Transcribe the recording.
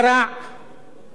את הברית החדשה.